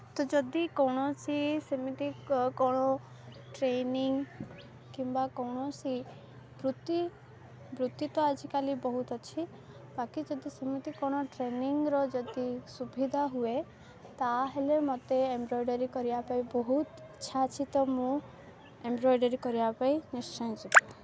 ତ ଯଦି କୌଣସି ସେମିତି କ'ଣ ଟ୍ରେନିଂ କିମ୍ବା କୌଣସି ବୃତ୍ତି ବୃତ୍ତି ତ ଆଜିକାଲି ବହୁତ ଅଛି ବାକି ଯଦି ସେମିତି କ'ଣ ଟ୍ରେନିଂର ଯଦି ସୁବିଧା ହୁଏ ତା'ହେଲେ ମୋତେ ଏମ୍ବ୍ରଏଡ଼ରୀ କରିବା ପାଇଁ ବହୁତ ଇଚ୍ଛା ଅଛି ତ ମୁଁ ଏମ୍ବ୍ରଏଡ଼ରୀ କରିବା ପାଇଁ ନିଶ୍ଚୟ ଯିବି